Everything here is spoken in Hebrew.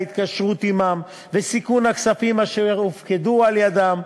ההתקשרות עמם וסיכון הכספים אשר הופקדו על-ידם,